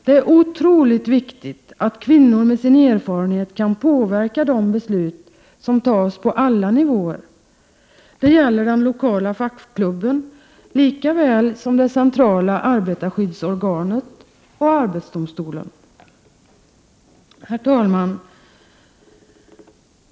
Det är otroligt viktigt att kvinnor med sin erfarenhet kan påverka de beslut som fattas på alla nivåer. Det gäller den lokala fackklubben lika väl som det centrala arbetarskyddsorganet och arbetsdomstolen. Herr talman!